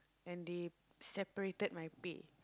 and they separated my pay